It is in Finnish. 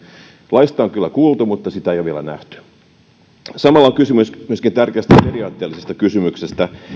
laista on kyllä kuultu mutta sitä ei ole vielä nähty samalla on kysymys myös tärkeästä periaatteellisesta kysymyksestä